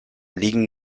liegen